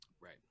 Right